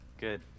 good